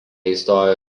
įstojo